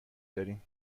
داریم